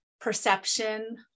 perception